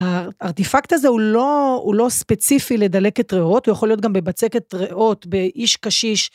האר... הארטיפקט הזה הוא לא ספציפי לדלקת ראות. הוא יכול להיות גם בבצקת ראות, באיש קשיש...